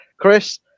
Chris